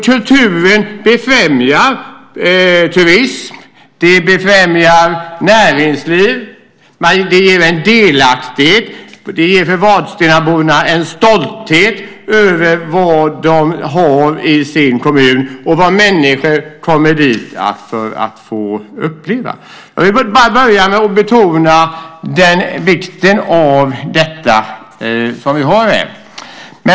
Kulturen befrämjar alltså turism och näringsliv. Den ger en delaktighet för vadstenaborna och en stolthet över vad de har i sin kommun och vad människor kommer dit för att få uppleva. Jag vill bara börja med att betona vikten av detta som vi har här.